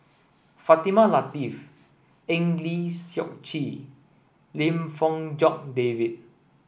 Fatimah Lateef Eng Lee Seok Chee Lim Fong Jock David